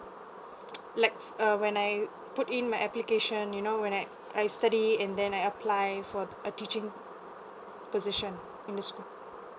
like err when I put in my application you know when I I study and then I apply for a teaching position under school